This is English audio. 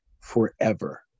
forever